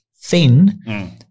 thin